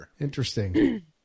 Interesting